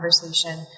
conversation